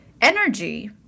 energy